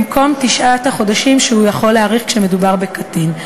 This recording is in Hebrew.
במקום תשעת החודשים שהוא יכול להאריך בהם כשמדובר בקטין.